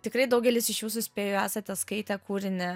tikrai daugelis iš jūsų spėju esate skaitę kūrinį